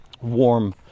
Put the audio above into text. warm